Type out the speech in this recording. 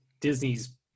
Disney's